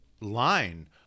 line